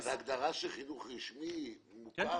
זה ההגדרה של חינוך רשמי מוכר?